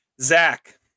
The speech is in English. Zach